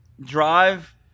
drive